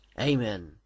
Amen